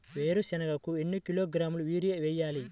వేరుశనగకు ఎన్ని కిలోగ్రాముల యూరియా వేయాలి?